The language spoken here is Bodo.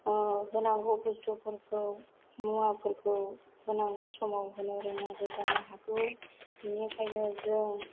होनांगौ बुस्थुफोरखौ मुवाफोरखौ होनांगौ समाव होनो रोङाबो जानो हागौ बेनिखायनो जों